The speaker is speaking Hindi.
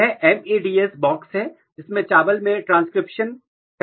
यह MADS बॉक्स है जिसमें चावल में ट्रांसक्रिप्शन कारक है